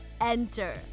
enter